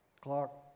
clock